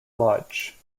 lodge